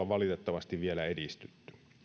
valitettavasti vielä edistytty